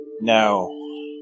No